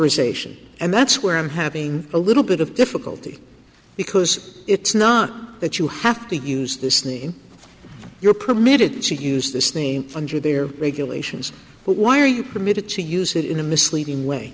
tion and that's where i'm having a little bit of difficulty because it's not that you have to use the psni in your permitted to use this name under their regulations but why are you permitted to use it in a misleading way